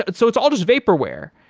and so it's all just vaporware.